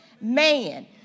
man